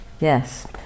Yes